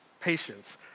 patience